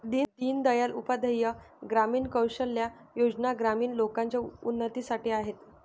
दीन दयाल उपाध्याय ग्रामीण कौशल्या योजना ग्रामीण लोकांच्या उन्नतीसाठी आहेत